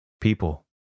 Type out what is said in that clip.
people